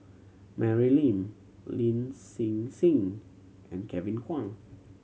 Mary Lim Lin Hsin Hsin and Kevin Kwan